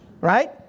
right